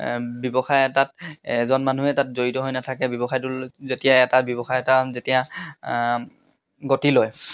ব্যৱসায় এটাত এজন মানুহে তাত জড়িত হৈ নাথাকে ব্যৱসায়টো যেতিয়া এটা ব্যৱসায় এটা যেতিয়া গতি লয়